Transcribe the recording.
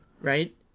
Right